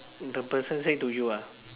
the person say to you ah